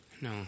no